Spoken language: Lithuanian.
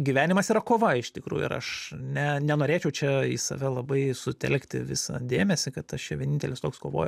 gyvenimas yra kova iš tikrųjų ir aš ne nenorėčiau čia į save labai sutelkti visą dėmesį kad aš čia vienintelis toks kovoju